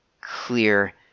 clear